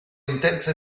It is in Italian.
intensa